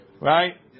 Right